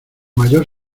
mayor